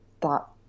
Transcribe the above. thought